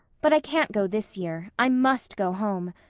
but i can't go this year i must go home.